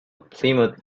plymouth